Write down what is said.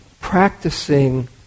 practicing